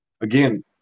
again